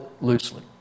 loosely